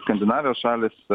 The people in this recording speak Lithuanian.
skandinavijos šalys